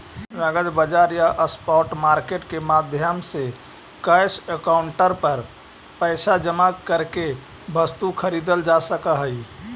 नगद बाजार या स्पॉट मार्केट के माध्यम से कैश काउंटर पर पैसा जमा करके वस्तु खरीदल जा सकऽ हइ